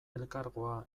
elkargoa